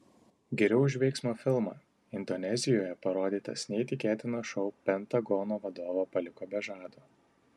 geriau už veiksmo filmą indonezijoje parodytas neįtikėtinas šou pentagono vadovą paliko be žado